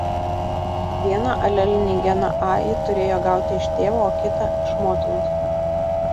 vieną alelinį geną a ji turėjo gauti iš tėvo o kitą iš motinos